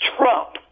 Trump